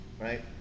right